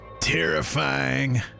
terrifying